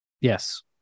Yes